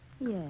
Yes